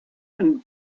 and